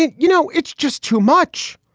and you know, it's just too much.